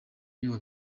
iyo